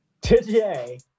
Today